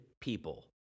people